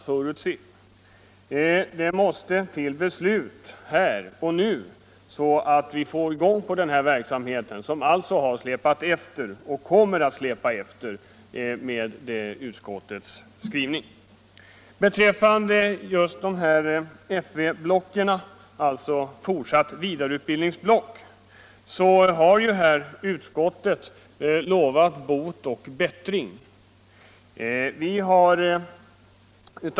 Därför måste det bli ett beslut här och nu, så att vi kommer i gång med denna verksamhet, som har släpat efter och kommer att släpa efter med den skrivning som utskottet här har gjort. Beträffande FV-blocken för specialistutbildning av yrkesmedicinare har utskottet lovat bot och bättring.